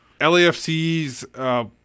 LAFC's